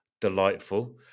delightful